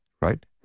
right